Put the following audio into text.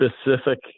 specific